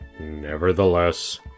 Nevertheless